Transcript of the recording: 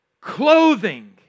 clothing